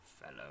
fellow